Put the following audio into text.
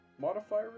modifier